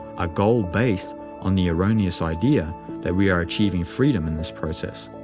a goal based on the erroneous idea that we are achieving freedom in this process.